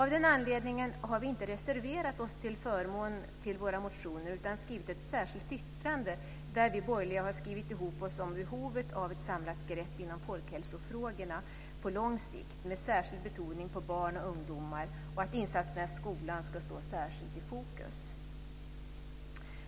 Av den anledningen har vi inte reserverat oss till förmån för våra motioner utan har skrivit ett särskilt yttrande där vi borgerliga har skrivit ihop oss om behovet av ett samlat grepp inom folkhälsofrågorna på lång sikt med särskild betoning på barn och ungdomar och att insatserna i skolan ska stå särskilt i fokus.